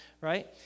right